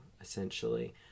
essentially